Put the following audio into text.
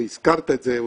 והזכרת את זה,